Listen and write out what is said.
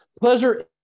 pleasure